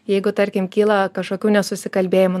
jeigu tarkim kyla kažkokių nesusikalbėjimų